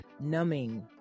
numbing